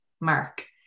mark